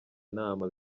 nama